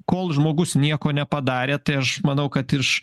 kol žmogus nieko nepadarė tai aš manau kad iš